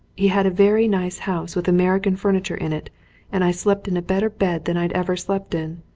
he had a very nice house with american furniture in it and i slept in a better bed than i'd ever slept in.